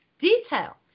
detail